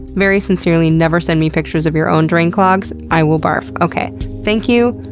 very sincerely, never send me pictures of your own drain clogs. i will barf. okay, thank you.